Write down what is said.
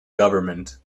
government